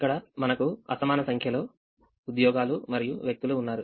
ఇక్కడ మనకు అసమాన సంఖ్యలో ఉద్యోగాలు మరియు వ్యక్తులు ఉన్నారు